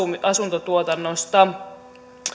asuntotuotannosta